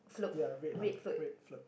ya red lah red float